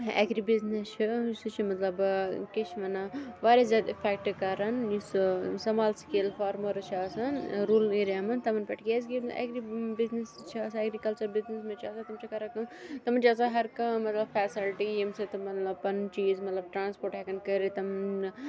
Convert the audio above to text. agri business چھُ سُہ چھُ مَطلَب کیاہ چھِ وَنان واریاہ زیادٕ اِفٮ۪کٹہٕ کَران یُس سُہ سمال سِکیل فارمرٕس چھِ آسان روٗرَل ایریا مَنٛز تِمَن پیٚٹھ بِزنِس چھِ آسان اٮ۪گرِکَلچَر بِزنِس مَنٛز چھِ آسان تِم چھِ کَران کٲم تِمَن چھُ آسان ہَر کانٛہہ مَطلَب فیسَلٹی ییٚمہِ سۭتۍ تِم مَطلَب پَنُن چیٖز مَطلَب ٹرانسپوٹ ہیٚکَن کٔرِتھ